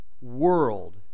world